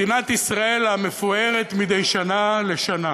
מדינת ישראל המפוערת, מדי שנה בשנה,